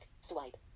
swipe